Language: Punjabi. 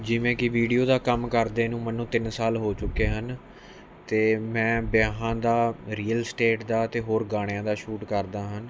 ਜਿਵੇਂ ਕਿ ਵੀਡੀਓ ਦਾ ਕੰਮ ਕਰਦੇ ਨੂੰ ਮੈਨੂੰ ਤਿੰਨ ਸਾਲ ਹੋ ਚੁੱਕੇ ਹਨ ਅਤੇ ਮੈਂ ਵਿਆਹਾਂ ਦਾ ਰੀਅਲ ਸਟੇਟ ਦਾ ਅਤੇ ਹੋਰ ਗਾਣਿਆਂ ਦਾ ਸ਼ੂਟ ਕਰਦਾ ਹਨ